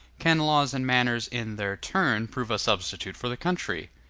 can laws and manners in their turn prove a substitute for the country?